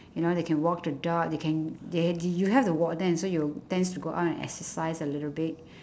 you know they can walk the dog they can they you have to walk them so you tends to go out and exercise a little bit